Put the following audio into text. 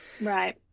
Right